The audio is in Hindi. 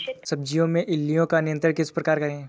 सब्जियों में इल्लियो का नियंत्रण किस प्रकार करें?